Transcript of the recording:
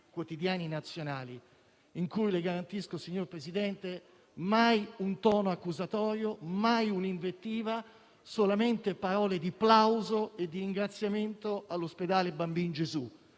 quotidiani nazionali, in cui - le garantisco, signor Presidente - non vi è mai un tono accusatorio, mai un'invettiva, ma solamente parole di plauso e di ringraziamento all'ospedale Bambino Gesù,